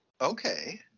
Okay